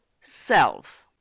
self